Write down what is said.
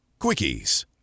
Quickies